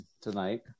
tonight